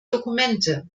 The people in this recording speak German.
dokumente